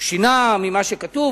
הוא שינה ממה שכתוב,